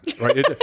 Right